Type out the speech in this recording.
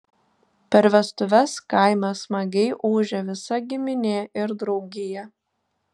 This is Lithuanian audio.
per vestuves kaime smagiai ūžia visa giminė ir draugija